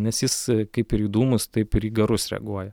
nes jis kaip ir į dūmus taip ir į garus reaguoja